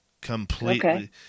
completely